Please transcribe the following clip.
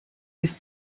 ist